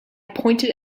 pointed